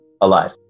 alive